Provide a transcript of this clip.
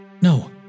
No